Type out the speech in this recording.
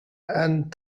and